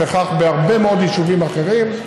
וכך בהרבה מאוד יישובים אחרים.